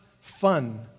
fun